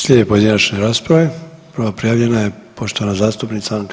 Slijede pojedinačne rasprave, prva prijavljena je poštovana zastupnica Anka